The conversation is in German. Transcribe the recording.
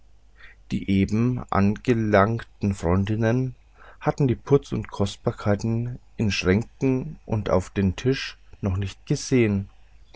die eben angelangten freundinnen hatten die putz und kostbarkeiten in schränken und auf den tischen noch nicht gesehen